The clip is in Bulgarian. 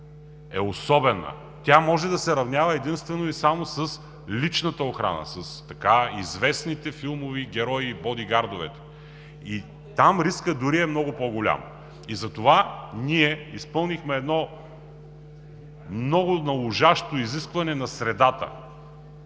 са особени. Може да се равняват единствено и само с личната охрана, с известните филмови герои и бодигардове. Там рискът дори е много по-голям. Затова ние изпълнихме едно много належащо изискване на средата